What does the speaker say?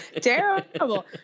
terrible